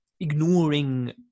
ignoring